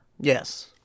Yes